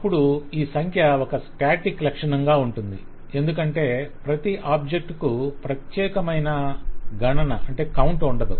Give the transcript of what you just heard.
అప్పుడు ఈ సంఖ్య ఒక స్టాటిక్ లక్షణంగా ఉంటుంది ఎందుకంటే ప్రతి ఆబ్జెక్ట్ కు ప్రత్యేకమైన గణన ఉండదు